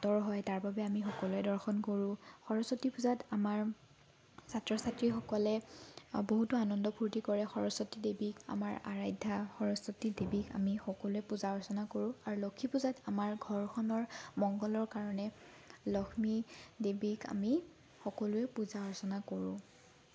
আঁতৰ হয় তাৰবাবে আমি সকলোৱে দৰ্শন কৰোঁ সৰস্বতী পূজাত আমাৰ ছাত্ৰ ছাত্ৰীসকলে বহুতো আনন্দ ফূৰ্ত্তি কৰে সৰস্বতী দেৱীক আমাৰ আৰাধ্য সৰস্বতীদেৱীক আমি সকলোৱে পূজা অৰ্চনা কৰোঁ আৰু লক্ষ্মীপূজাত আমাৰ ঘৰখনৰ মংগলৰ কাৰণে লক্ষ্মীদেৱীক আমি সকলোৱে পূজা অৰ্চনা কৰোঁ